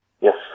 Yes